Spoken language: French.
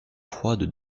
froide